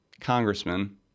congressman